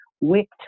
wicked